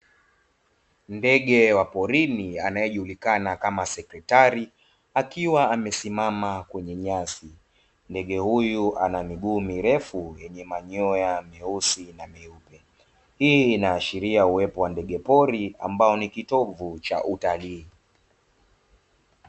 Ndege wa porini anaye julikana kama sekretari akiwa amesimama kwenye nyasi, ndege huyu ana miguu mirefu yenye manyoya meusi na meupe. Hii inaashiria uwepo wa ndege pori ambao ni kitovu cha utalii